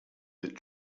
bit